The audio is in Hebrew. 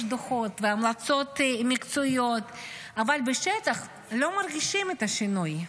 יש דוחות והמלצות מקצועיות אבל בשטח לא מרגישים את השינוי.